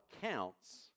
counts